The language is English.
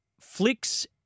flicks